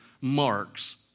marks